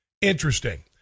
Interesting